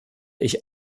ich